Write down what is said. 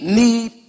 need